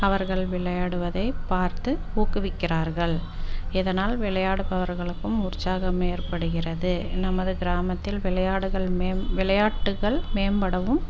அவர்கள் விளையாடுவதைப் பார்த்து ஊக்குவிக்கிறார்கள் இதனால் விளையாடுபவர்களுக்கும் உற்சாகம் ஏற்படுகிறது நமது கிராமத்தில் விளையாடுகள் மேன் விளையாட்டுகள் மேம்படவும்